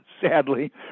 sadly